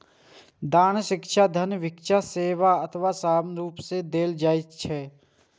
दान शिक्षा, धन, भिक्षा, सेवा अथवा सामानक रूप मे देल जाइ छै